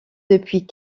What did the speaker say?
depuis